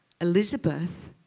Elizabeth